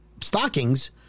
stockings